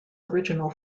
original